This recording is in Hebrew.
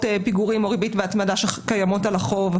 פיגורים או ריבית והצמדה שקיימות על החוב.